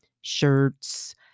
shirts